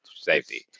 Safety